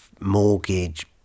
mortgage